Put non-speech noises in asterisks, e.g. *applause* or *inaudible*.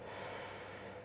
*breath*